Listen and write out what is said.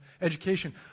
education